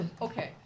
Okay